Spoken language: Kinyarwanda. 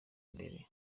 imbere